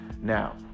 Now